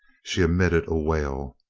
she emitted a wail.